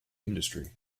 industry